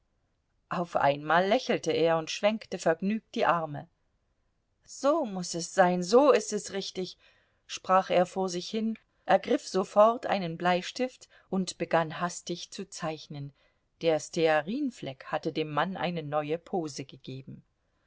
auf einmal lächelte er und schwenkte vergnügt die arme so muß es sein so ist es richtig sprach er vor sich hin ergriff sofort einen bleistift und begann hastig zu zeichnen der stearinfleck hatte dem mann eine neue pose gegeben